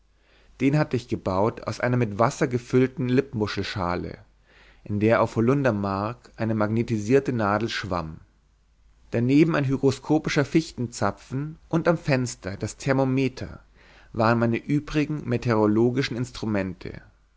den hatte ich gebaut aus einer mit wasser gefüllten lippmuschelschale in der auf holundermark eine magnetisierte nadel schwamm daneben ein hygroskopischer fichtenzapfen und am fenster das thermometer waren meine übrigen meteorologischen instrumente